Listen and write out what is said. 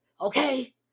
okay